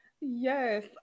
yes